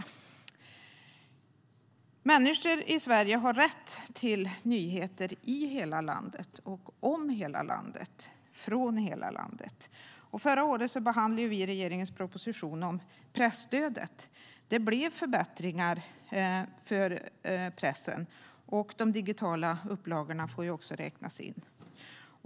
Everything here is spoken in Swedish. Människor i Sverige har rätt till nyheter i hela landet, om hela landet och från hela landet. Förra året behandlade vi regeringens proposition om presstödet. Det blev förbättringar för pressen. De digitala upplagorna får också räknas in.